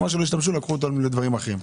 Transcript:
ומה שלא השתמשו לקחו לדברים אחרים.